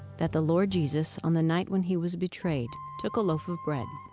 that the lord jesus on the night when he was betrayed took a loaf of bread,